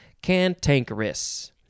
cantankerous